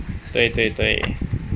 对对对